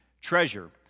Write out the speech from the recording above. treasure